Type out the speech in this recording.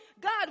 God